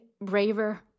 braver